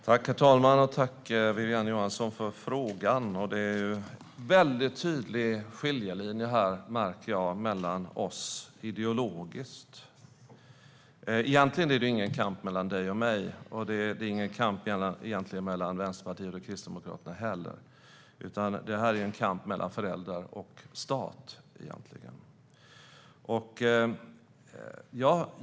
Herr talman! Tack, Wiwi-Anne Johansson, för frågan! Jag märker att det går en tydlig skiljelinje mellan oss ideologiskt. Egentligen är det ingen kamp mellan dig och mig och inte heller mellan Vänsterpartiet och Kristdemokraterna. Detta är en kamp mellan föräldrar och stat.